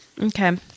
Okay